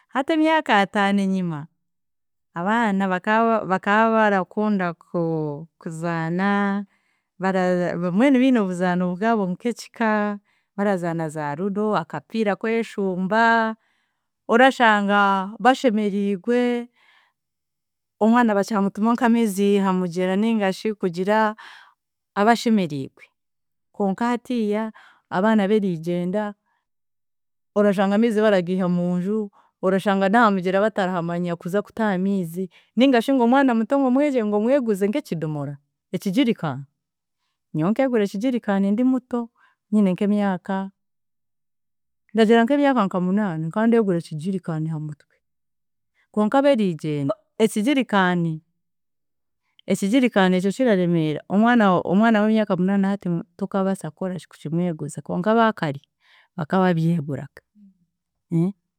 Hati emyaka ataano enyima, abaana baka, bakabara barakunda ku- kuzaana bara mbwenu biine obuzaano bwabo nk'ekika, barazaana za rudo, akapiira kweshumba, orashanga bashemeriigwe, omwana bakyamutuma nka miizi ha mugyera ningashi kugira, aba ashemeriigwe konka hatiiya abaana beriigyenda, orashanga amiizi baragiiha munju, orashanga n'aha mugyera batarahamanya kuza kutaha amiizi ningashi ngu omwana muto ngu omwegye ngu omweguze nk'ekidomora, ekigirikaani, nyowe nkegura ekigirikaani ndi muto, nyine nk'emyaka, ndagira nk'emyaka nka munaana, nkandegura ekigirikaani ha mutwe konka ab'eriigyenda ekigirikaani, ekigirikaani ekyo ekiraremeera omwana wo, omwana w'emyaka munaana hati tokaabaasa kukoraki kukimweguza konka abaakare, baka babyeguraga.